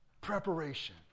Preparation